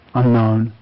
unknown